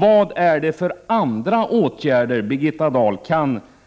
Vilka är de ytterligare åtgärder som Birgitta Dahl